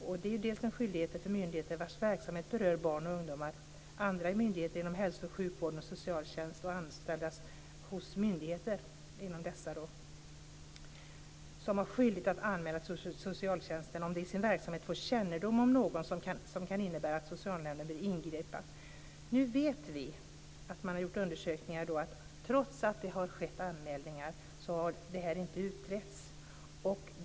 Myndigheter inom hälsooch sjukvården vars verksamhet berör barn och ungdomar och anställda hos dessa myndigheter har skyldighet att till socialnämnden anmäla om de i sin verksamhet får kännedom om något som kan innebära att socialnämnden bör ingripa. Nu vet vi från undersökningar att trots att det har skett anmälningar har dessa inte utretts.